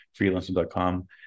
freelancer.com